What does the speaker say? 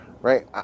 right